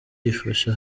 ifasha